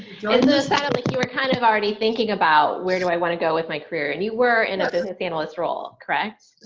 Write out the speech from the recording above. and um you were kind of already thinking about where do i want to go with my career, and you were in a business analyst role. correct?